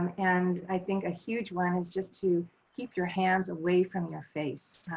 um and i think a huge one is just to keep your hands away from your face.